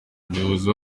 umuyobozi